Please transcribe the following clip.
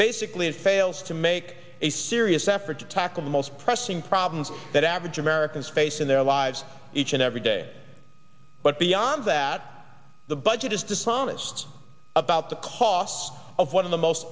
basically it fails to make a serious effort to tackle the most pressing problems that average americans face in their lives each and every day but beyond that the budget is dishonest about the cost of one of the most